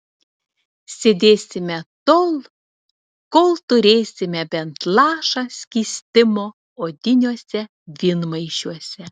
sėdėsime tol kol turėsime bent lašą skystimo odiniuose vynmaišiuose